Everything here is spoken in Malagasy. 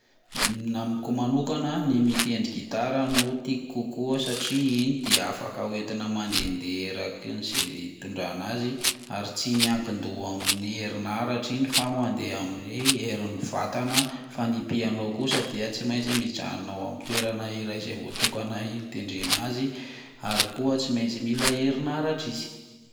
Amiko manokana ny mitendry gitara no tiako kokoa satria iny dia afaka hoetina mandede eraky ny ze hitondrana azy ary tsy miankin-doha amin'ny herinaratra iny, fa mandeha amin'ny herin'ny vatana, fa ny piano kosa dia tsy maintsy mijanona ao amin'ny toerana iray zay voatokana hitendrena azy ary ko tsy maintsy mila herinaratra izy.